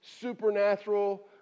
supernatural